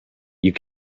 you